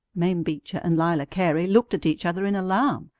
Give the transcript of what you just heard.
mame beecher and lila cary looked at each other in alarm,